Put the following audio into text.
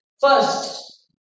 First